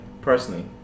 personally